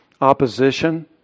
opposition